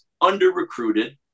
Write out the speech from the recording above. under-recruited